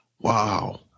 Wow